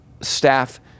staff –